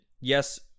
Yes